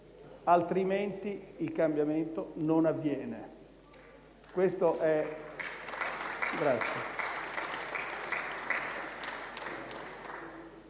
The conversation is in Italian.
altrimenti il cambiamento non avviene